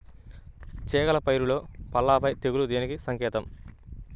చేగల పైరులో పల్లాపై తెగులు దేనికి సంకేతం?